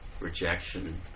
rejection